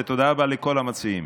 ותודה רבה לכל המציעים.